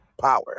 power